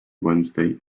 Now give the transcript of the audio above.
wednesday